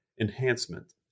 Enhancement